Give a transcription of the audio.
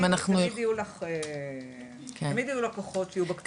תמיד יהיו לקוחות שיהיו בקצוות.